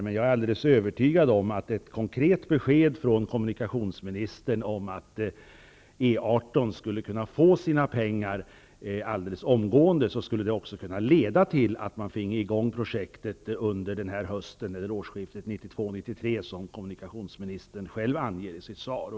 Men jag är alldeles övertygad om att ett konkret besked från kommunikationsministern om att man för E 18 omgående kan få pengar skulle kunna leda till att man kunde komma i gång med projektet till hösten eller vid årsskiftet 1991/93 -- en tidpunkt som kommunikationsministern själv anger i sitt svar.